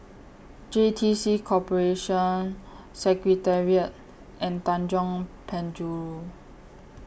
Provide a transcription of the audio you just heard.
J T C Corporation Secretariat and Tanjong Penjuru